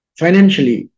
financially